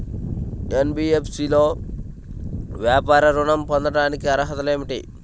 NBFC లో వ్యాపార ఋణం పొందటానికి అర్హతలు ఏమిటీ?